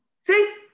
See